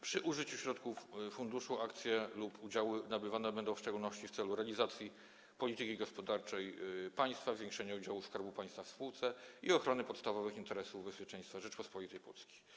Przy użyciu środków funduszu akcje lub udziały nabywane będą w szczególności w celu realizacji polityki gospodarczej państwa, zwiększenia udziałów Skarbu Państwa w spółce i ochrony podstawowych interesów bezpieczeństwa Rzeczypospolitej Polskiej.